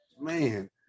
man